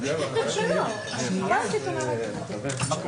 לפני השאלות הפרטניות הארכת